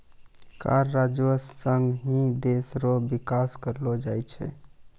कर राजस्व सं ही देस रो बिकास करलो जाय छै